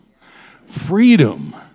Freedom